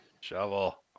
shovel